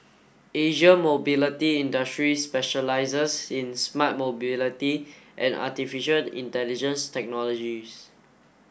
Asia Mobility Industries specialises in smart mobility and artificial intelligence technologies